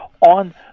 on